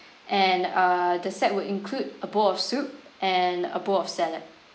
and uh the set will include a bowl of soup and a bowl of salad